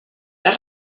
les